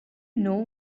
know